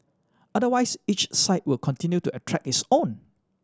otherwise each site will continue to attract its own